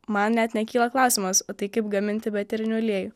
man net nekyla klausimas o tai kaip gaminti be eterinių aliejų